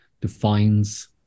defines